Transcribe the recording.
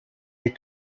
les